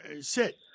sit